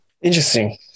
Interesting